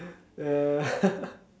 ya